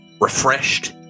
refreshed